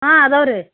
ಹಾಂ ಅದಾವೆ ರೀ